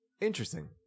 Interesting